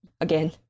Again